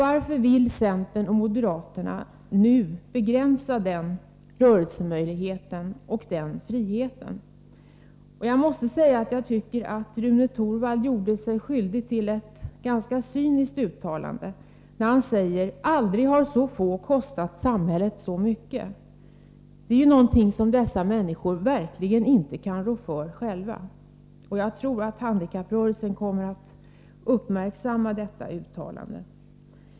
Varför vill centern och moderaterna nu begränsa den rörelsemöjligheten och den friheten för dessa? Jag måste säga att jag tycker att Rune Torwald gjorde sig skyldig till ett ganska cyniskt uttalande när han sade att aldrig har så få kostat samhället så mycket. Det är någonting som dessa människor verkligen inte kan rå för själva. Jag tror att handikapprörelsen kommer att uppmärksamma detta uttalande.